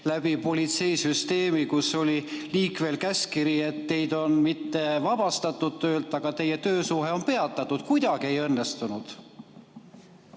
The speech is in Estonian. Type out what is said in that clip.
läbi politseisüsteemi, kus oli liikvel käskkiri, et teid pole mitte töölt vabastatud, vaid teie töösuhe on peatatud. Kuidagi ei õnnestunud.